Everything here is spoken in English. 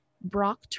Brock